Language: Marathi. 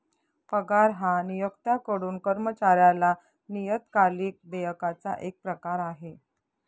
पगार हा नियोक्त्याकडून कर्मचाऱ्याला नियतकालिक देयकाचा एक प्रकार आहे